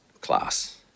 class